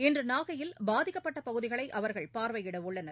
இன்று நாகையில் பாதிக்கப்பட்டபகுதிகளைஅவர்கள் பார்வையிடவுள்ளனர்